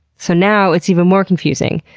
so now it's even more confusing.